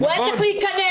הוא היה צריך להכנס,